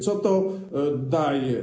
Co to daje?